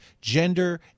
gender